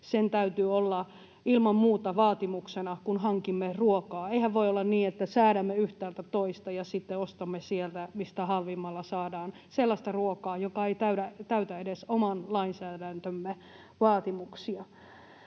täytyy olla ilman muuta vaatimuksena, kun hankimme ruokaa. Eihän voi olla niin, että säädämme yhtäältä toista ja sitten ostamme sieltä, mistä halvimmalla saadaan sellaista ruokaa, joka ei täytä edes oman lainsäädäntömme vaatimuksia.